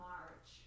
March